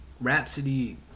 Rhapsody